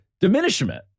diminishment